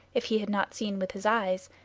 if he had not seen with his eyes,